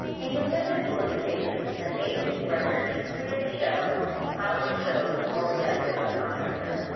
in competitive solicitations, an agency's records should clearly show how they chose or rejected a contractor.